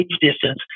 distance